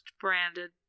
branded